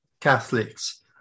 Catholics